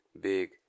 big